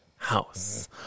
house